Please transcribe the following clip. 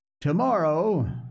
tomorrow